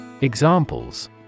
Examples